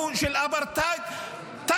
שהוא של אפרטהייד --- למה זה גזעני?